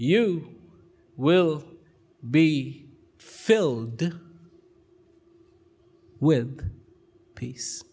you will be filled with peace